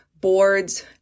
boards